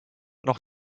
noch